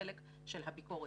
לחלק של הביקורת.